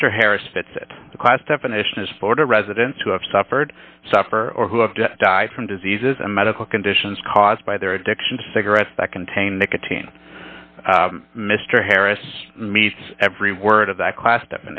mr harris fits the class definition is florida residents who have suffered suffer or who have died from diseases and medical conditions caused by their addiction to cigarettes that contain nicotine mr harris meets every word of that class